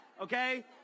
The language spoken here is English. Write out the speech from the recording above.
okay